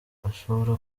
ashobora